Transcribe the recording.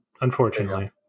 unfortunately